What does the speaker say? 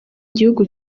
gihugu